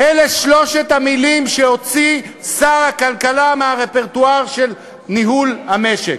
אלה שלוש המילים שהוציא שר הכלכלה מהרפרטואר של ניהול המשק.